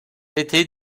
été